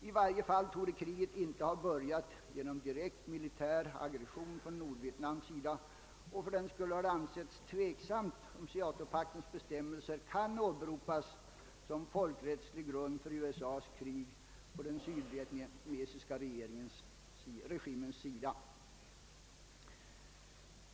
I varje fall torde kriget inte ha börjat genom direkt militär aggression från Nordvietnams sida, och fördenskull har det ansetts tveksamt om SEATO-paktens bestämmelser kan åberopas som folkrättslig grund för USA:s krig på den sydvietnamesiska regimens sida.